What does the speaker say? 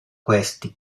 questi